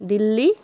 Delhi